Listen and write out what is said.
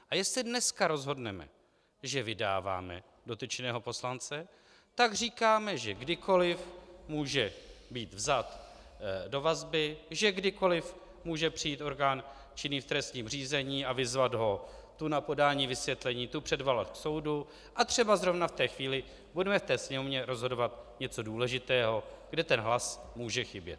A jestli dneska rozhodneme, že vydáváme dotyčného poslance, tak říkáme, že kdykoliv může být vzat do vazby, že kdykoliv může přijít orgán činný v trestním řízení a vyzvat ho tu na podání vysvětlení, tu předvolat k soudu, a třeba v té chvíli budeme ve Sněmovně rozhodovat něco důležitého, kde hlas může chybět.